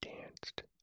danced